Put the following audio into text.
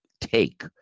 take